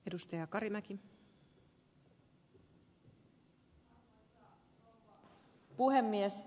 arvoisa rouva puhemies